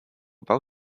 bał